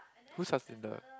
who's Haslinda